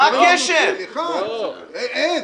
אין.